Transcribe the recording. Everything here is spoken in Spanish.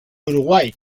uruguay